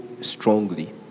strongly